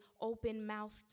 open-mouthed